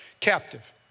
captive